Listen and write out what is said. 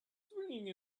swinging